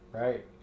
Right